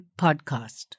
podcast